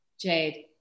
Jade